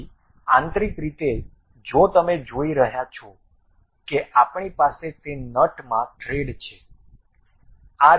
તેથી આંતરિક રીતે જો તમે જોઈ રહ્યાં છો કે આપણી પાસે તે નટ માં થ્રેડ છે